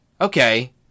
Okay